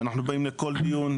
אנחנו באים לכל דיון,